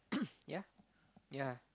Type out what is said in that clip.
yeah yeah